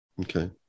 Okay